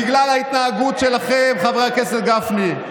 בגלל ההתנהגות שלכם, חבר הכנסת גפני.